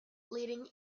leading